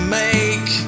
make